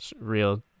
real